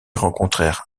rencontrèrent